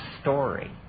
story